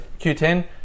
Q10